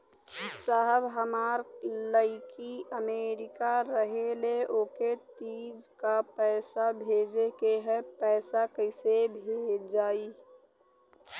साहब हमार लईकी अमेरिका रहेले ओके तीज क पैसा भेजे के ह पैसा कईसे जाई?